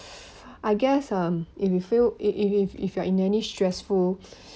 I guess um if you feel if if if you're in any stressful